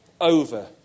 over